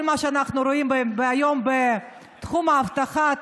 כל מה שאנחנו רואים היום בתחום האבטחה,